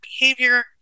behavior